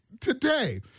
today